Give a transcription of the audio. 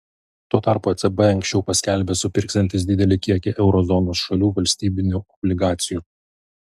tuo tarpu ecb anksčiau paskelbė supirksiantis didelį kiekį euro zonos šalių valstybinių obligacijų